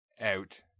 out